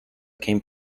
came